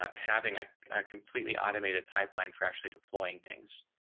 ah having a completely automated pipeline for actually deploying things.